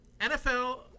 nfl